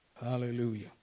Hallelujah